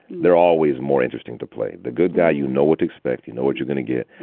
they're always more interesting to play the good guy. you know what to expect. you know what you're going to get,